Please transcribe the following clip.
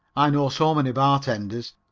i know so many bartenders.